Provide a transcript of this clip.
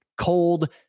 cold